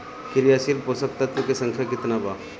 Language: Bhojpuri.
क्रियाशील पोषक तत्व के संख्या कितना बा?